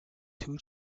two